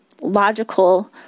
logical